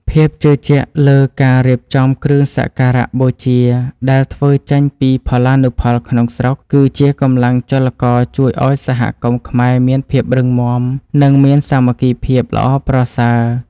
ភាពជឿជាក់លើការរៀបចំគ្រឿងសក្ការបូជាដែលធ្វើចេញពីផលានុផលក្នុងស្រុក គឺជាកម្លាំងចលករជួយឱ្យសហគមន៍ខ្មែរមានភាពរឹងមាំ និងមានសាមគ្គីភាពល្អប្រសើរ។